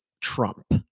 Trump